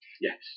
Yes